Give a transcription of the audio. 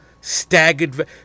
staggered